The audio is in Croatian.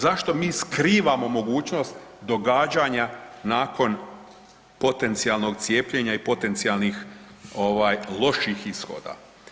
Zašto mi skrivamo mogućnost događanja nakon potencijalnog cijepljenja i potencijalnih loših ishoda?